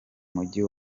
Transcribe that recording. mujyi